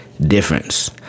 difference